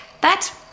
That